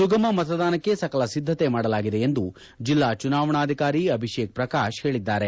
ಸುಗಮ ಮತದಾನಕ್ಕೆ ಸಕಲ ಸಿದ್ದತೆ ಮಾಡಲಾಗಿದೆ ಎಂದು ಜಿಲ್ಲಾ ಚುನಾವಣಾ ಅಧಿಕಾರಿ ಅಭಿಷೇಕ್ ಪ್ರಕಾಶ್ ಹೇಳಿದ್ದಾರೆ